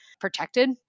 protected